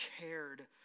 cared